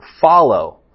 follow